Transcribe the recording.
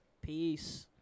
Peace